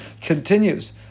continues